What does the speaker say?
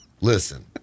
Listen